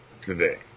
today